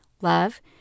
love